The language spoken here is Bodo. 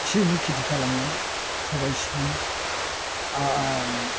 इसे इनै खेथि खालामनाय सबाय सिबिं